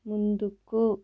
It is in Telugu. ముందుకు